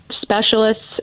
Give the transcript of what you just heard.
specialists